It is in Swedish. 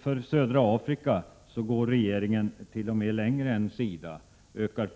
För södra Afrika går regeringen t.o.m. längre än SIDA och utökar